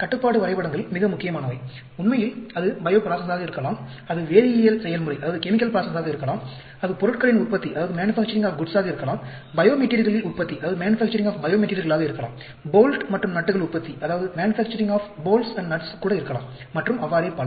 கட்டுப்பாடு வரைபடங்கள் மிக முக்கியமானவை உண்மையில் அது பையோப்ராசஸாக இருக்கலாம் அது வேதியியல் செயல்முறையாக இருக்கலாம் அது பொருட்களின் உற்பத்தியாக இருக்கலாம் பையோமெட்டீரியல்கள் உற்பத்தியாக இருக்கலாம் போல்ட் மற்றும் நட்டுகள் உற்பத்தியாக கூட இருக்கலாம் மற்றும் அவ்வாறே பல